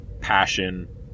passion